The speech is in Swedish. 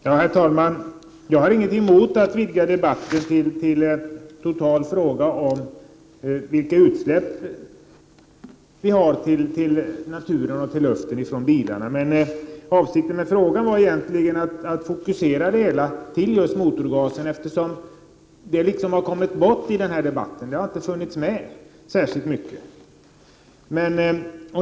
Herr talman! Jag har ingenting emot att vidga debatten till en totalfråga om vilka utsläpp vi har till luften från bilarna. Men avsikten med min interpellation var egentligen att fokusera debatten till just motorgasen, eftersom den frågan på något sätt har kommit bort. Den har inte funnits medi debatten särskilt mycket.